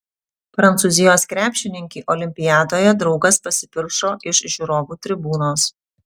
prancūzijos krepšininkei olimpiadoje draugas pasipiršo iš žiūrovų tribūnos